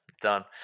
Done